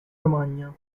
romagna